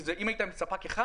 כי אם הייתם ספק אחד,